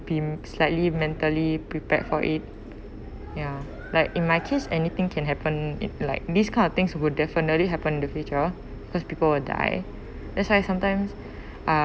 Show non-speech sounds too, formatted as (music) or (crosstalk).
being slightly mentally prepared for it ya like in my case anything can happen in like this kind of things will definitely happen in the future cause people will die that's why sometimes (breath) uh